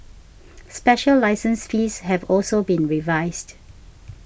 special license fees have also been revised